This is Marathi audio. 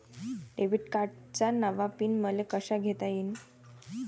डेबिट कार्डचा नवा पिन मले कसा घेता येईन?